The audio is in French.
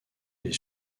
les